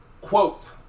Quote